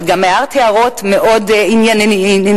את גם הערת הערות מאוד ענייניות.